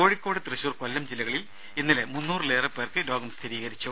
കോഴിക്കോട് തൃശൂർ കൊല്ലം ജില്ലകളിൽ ഇന്നലെ മുന്നൂറിലേറെ പേർക്ക് രോഗം സ്ഥിരീകരിച്ചു